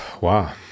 Wow